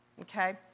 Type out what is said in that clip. Okay